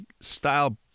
style